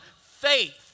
faith